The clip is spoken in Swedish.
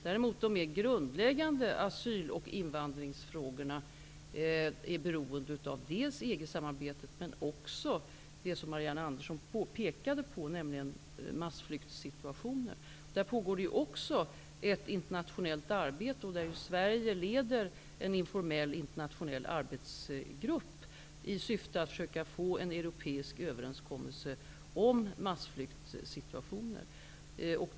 Däremot är de mer grundläggande asyl och invandringsfrågorna beroende av EG-samarbetet, men också av det som Marianne Andersson tog upp, nämligen massflyktssituationen. I fråga om denna pågår också ett internationellt arbete där Sverige leder en informell internationell arbetsgrupp i syfte att nå en europeisk överenskommelse om massflyktssituationer.